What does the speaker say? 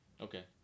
Okay